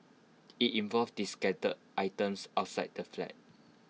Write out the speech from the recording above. IT involved discarded items outside the flat